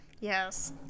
Yes